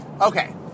Okay